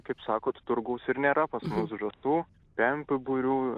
kaip sakot turgaus ir nėra pas mus žąsų pempių būrių